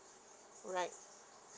right